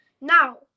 Now